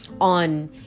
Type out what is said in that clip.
on